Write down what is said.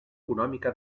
econòmica